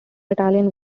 italian